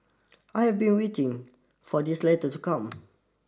I have been waiting for this letter to come